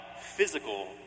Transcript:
physical